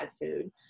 food